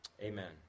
Amen